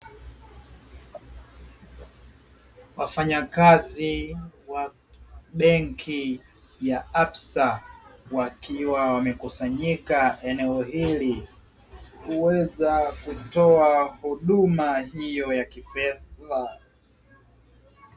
Wafanyakazi wa benki ya apsa, wakiwa wamekusanyika eneo hili, kuweza kutoa huduma hiyo ya kifedha.